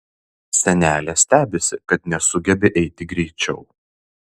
senelė stebisi kad nesugebi eiti greičiau